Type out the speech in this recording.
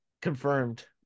confirmed